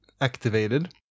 activated